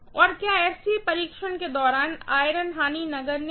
और क्या SC परीक्षण के दौरान आयरन हानि नगण्य हैं